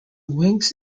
wings